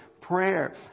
prayer